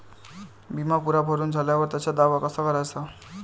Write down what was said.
बिमा पुरा भरून झाल्यावर त्याचा दावा कसा कराचा?